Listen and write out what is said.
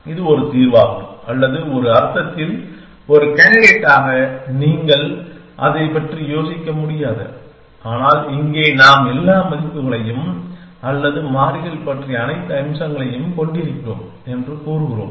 இது ஒரு தீர்வாகும் அல்லது ஒரு அர்த்தத்தில் ஒரு கேண்டிடேடாக நீங்கள் அதைப் பற்றி யோசிக்க முடியாது ஆனால் இங்கே நாம் எல்லா மதிப்புகளையும் அல்லது மாறிகள் பற்றிய அனைத்து அம்சங்களையும் கொண்டிருக்கிறோம் என்று கூறுகிறோம்